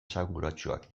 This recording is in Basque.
esanguratsuak